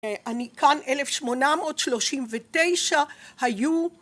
אני כאן אלף שמונה מאות שלושים ותשע היו